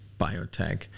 biotech